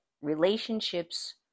relationships